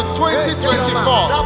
2024